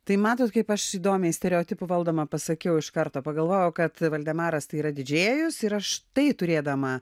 tai matot kaip aš įdomiai stereotipų valdoma pasakiau iš karto pagalvojau kad valdemaras tai yra didžėjus ir aš tai turėdama